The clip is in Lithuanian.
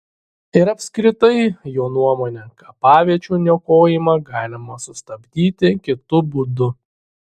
ir apskritai jo nuomone kapaviečių niokojimą galima sustabdyti kitu būdu